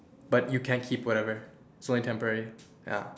but you can't keep whatever so only temporary ya